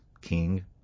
king